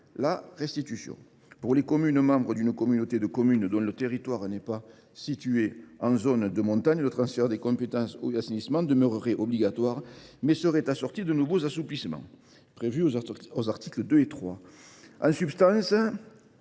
la restitution. Pour les communes membres d’une communauté de communes dont le territoire n’est pas situé en zone de montagne, le transfert des compétences « eau » et « assainissement » demeurerait obligatoire, mais serait assorti de nouveaux assouplissements, prévus aux articles 2 et 3.